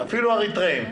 אפילו אריתריאים.